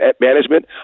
management